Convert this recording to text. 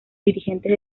dirigentes